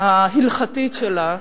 ההלכתית שלה,